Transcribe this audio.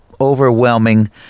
overwhelming